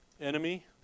Enemy